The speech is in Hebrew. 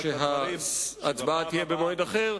אני מבקש שההצבעה תהיה במועד אחר,